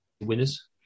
winners